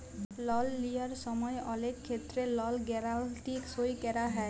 লল লিয়ার সময় অলেক ক্ষেত্রে লল গ্যারাল্টি সই ক্যরা হ্যয়